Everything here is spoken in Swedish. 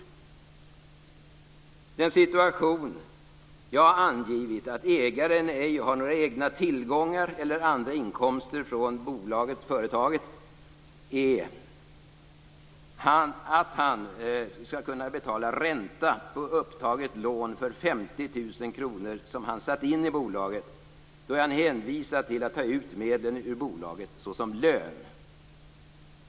I den situation jag angivit, dvs. där ägaren ej har några egna tillgångar eller andra inkomster än från företaget, är han för att kunna betala ränta på upptaget lån för de 50 000 kr han satt in i bolaget hänvisad till att ta ut medlen ur bolaget såsom lön.